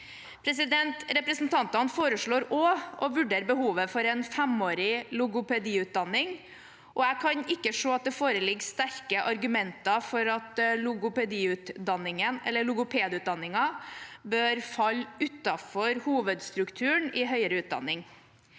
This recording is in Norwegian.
egenbetaling. Representantene foreslår også å vurdere behovet for en femårig logopediutdanning. Jeg kan ikke se at det foreligger sterke argumenter for at logopedutdanningen bør falle utenfor hovedstrukturen i høyere utdanning.